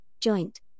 joint